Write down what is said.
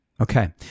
Okay